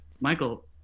michael